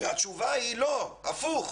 והתשובה היא: לא, הפוך